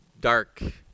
dark